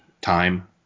time